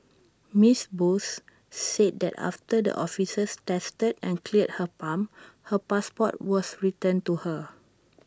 miss Bose said that after the officers tested and cleared her pump her passport was returned to her